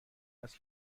است